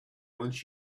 wants